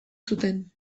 zuten